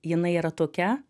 jinai yra tokia